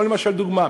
או למשל, דוגמה,